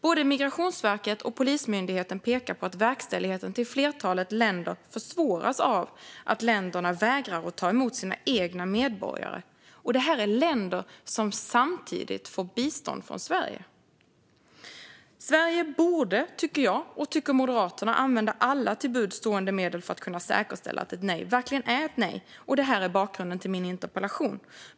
Både Migrationsverket och Polismyndigheten pekar på att verkställigheten till ett flertal länder försvåras av att länderna vägrar ta emot sina egna medborgare. Detta är länder som samtidigt får bistånd från Sverige. Sverige borde, tycker jag och Moderaterna, använda alla till buds stående medel för att säkerställa att ett nej verkligen är ett nej. Detta är bakgrunden till min interpellation.